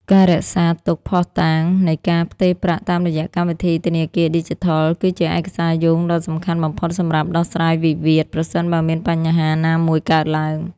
ការរក្សាទុកភស្តុតាងនៃការផ្ទេរប្រាក់តាមរយៈកម្មវិធីធនាគារឌីជីថល គឺជាឯកសារយោងដ៏សំខាន់បំផុតសម្រាប់ដោះស្រាយវិវាទ ប្រសិនបើមានបញ្ហាណាមួយកើតឡើង។